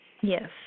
Yes